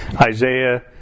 Isaiah